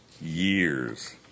years